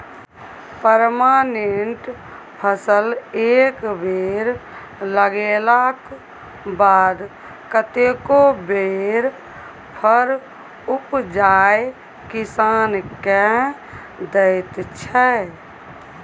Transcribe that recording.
permanent फसल एक बेर लगेलाक बाद कतेको बेर फर उपजाए किसान केँ दैत छै